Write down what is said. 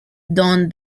don